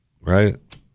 Right